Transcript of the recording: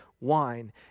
wine